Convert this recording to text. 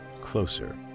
closer